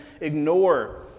ignore